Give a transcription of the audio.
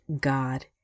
God